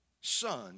son